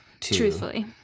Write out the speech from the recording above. truthfully